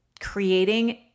creating